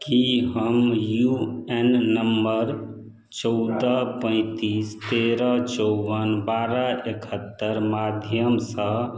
की हम U N number चौदह पैंतीस तेरह चौबन बारह एकहत्तर माध्यमसँ